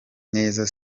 neza